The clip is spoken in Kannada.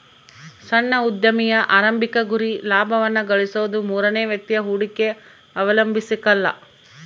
ಸಣ್ಣ ಉದ್ಯಮಿಯ ಆರಂಭಿಕ ಗುರಿ ಲಾಭವನ್ನ ಗಳಿಸೋದು ಮೂರನೇ ವ್ಯಕ್ತಿಯ ಹೂಡಿಕೆ ಅವಲಂಬಿಸಕಲ್ಲ